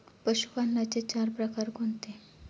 पशुपालनाचे चार प्रकार कोणते?